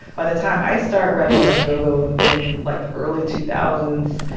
by the time i started writing about go-go in, like, the early two thousand